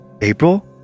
April